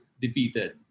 defeated